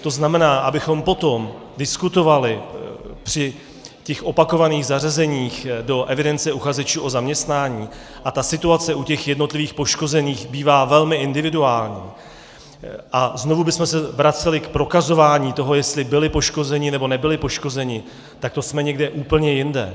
To znamená, abychom potom diskutovali při těch opakovaných zařazeních do evidence uchazečů o zaměstnání a ta situace u těch jednotlivých poškozených bývá velmi individuální a znovu bychom se vraceli k prokazování toho, jestli byli poškozeni, nebo nebyli poškozeni, tak to jsme někde úplně jinde.